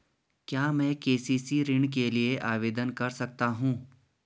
क्या मैं के.सी.सी ऋण के लिए आवेदन कर सकता हूँ?